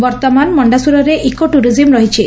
ବର୍ଉମାନ ମଣ୍ଡାସୁରରେ eco tourism ରହିଛି